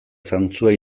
zantzua